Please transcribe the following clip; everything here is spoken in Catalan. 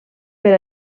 per